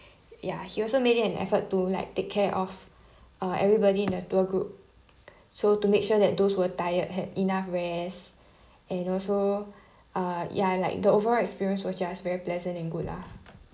ya he also made it an effort to like take care of uh everybody in the tour group so to make sure that those who were tired had enough rest and also uh yeah like the overall experience was just very pleasant and good lah